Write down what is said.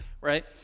right